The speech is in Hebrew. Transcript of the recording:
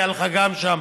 היה לך גם שם,